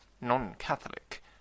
non-Catholic